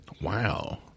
wow